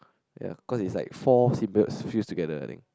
ya cause it is like four symbiotes fused together I think